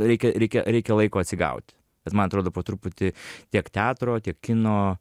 reikia reikia reikia laiko atsigaut bet man atrodo po truputį tiek teatro tiek kino